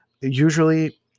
Usually